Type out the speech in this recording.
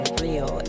real